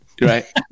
right